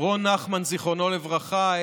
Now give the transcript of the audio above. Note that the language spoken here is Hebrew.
רון נחמן, זיכרונו לברכה.